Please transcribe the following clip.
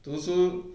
读书